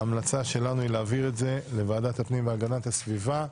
ההמלצה שלנו להעביר את זה לוועדת הפנים והגנת הסביבה.